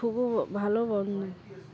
খুব ভালো বন্ধুত্ব